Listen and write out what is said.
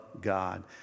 God